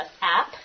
app